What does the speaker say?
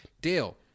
Dale